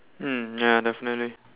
mm ya definitely